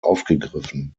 aufgegriffen